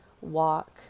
walk